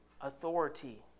authority